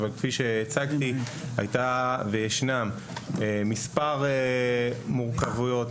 אבל כפי שהצגתי הייתה וישנם מספר מורכבויות,